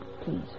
please